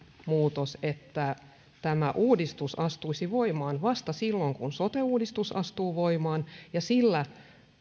muutos että tämä uudistus astuisi voimaan vasta silloin kun sote uudistus astuu voimaan sillä